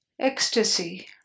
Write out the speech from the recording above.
ecstasy